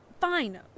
Fine